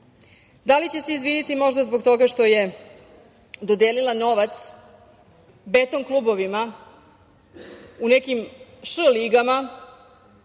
li će se izviniti možda zbog toga što je dodelila novac beton klubovima u nekim „š“ ligama?